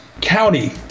County